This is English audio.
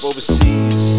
Overseas